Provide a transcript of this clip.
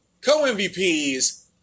co-MVPs